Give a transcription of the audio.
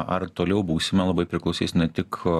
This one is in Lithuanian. ar toliau būsime labai priklausys ne tik